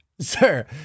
Sir